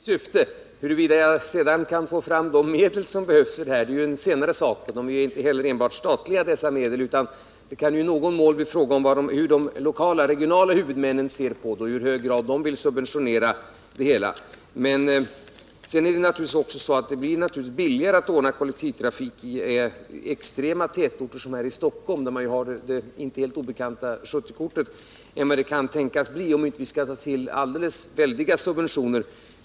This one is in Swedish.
Herr talman! Det är alldeles rätt uppfattat, det är mitt syfte. Huruvida jag sedan kan få fram de medel som behövs för detta är en senare fråga. Och dessa medel är ju inte heller enbart statliga, utan det kan i någon mån bli fråga om hur de lokala och regionala huvudmännen ser på detta och hur de vill subventionera det hela. Det blir naturligtvis billigare att ordna kollektivtrafik i extrema tätorter som här i Stockholm, där man har det inte helt obekanta 70-kortet, än vad det kan tänkas bli i glesbygder, om vi inte skall ta till väldiga subventioner.